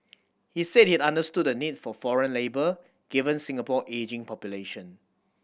he said he understood the need for foreign labour given Singapore ageing population